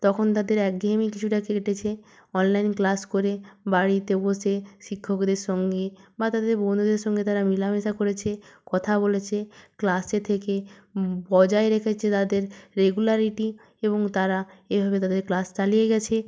তখন তাদের একঘেঁয়েমি কিছুটা কেটেছে অনলাইন ক্লাস করে বাড়িতে বসে শিক্ষকদের সঙ্গে বা তাদের বন্ধুদের সঙ্গে তারা মেলামেশা করেছে কথা বলেছে ক্লাসে থেকে বজায় রেখেছে তাদের রেগুলারিটি এবং তারা এভাবে তাদের ক্লাস চালিয়ে গেছে